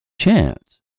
Chance